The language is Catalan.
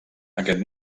aquest